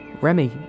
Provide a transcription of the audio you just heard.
Remy